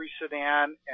sedan